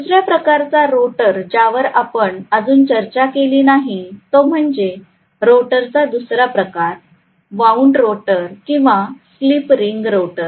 दुसऱ्या प्रकारचा रोटर ज्यावर आपण अजून चर्चा केली नाही तो म्हणजे रोटरचा दुसरा प्रकार वाऊंड रोटर किंवा स्लिप रिंग रोटर